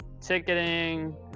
ticketing